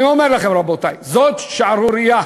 אני אומר לכם, רבותי, זאת שערורייה.